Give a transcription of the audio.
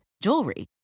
jewelry